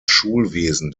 schulwesen